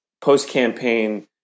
post-campaign